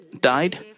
died